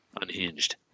unhinged